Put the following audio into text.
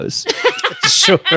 sure